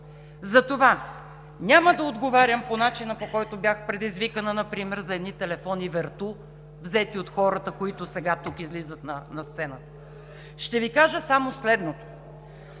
Затова няма да отговарям по начина, по който бях предизвикана, например за едни телефони VERTU, взети от хората, които сега излизат тук на сцената. Ще Ви кажа само следното: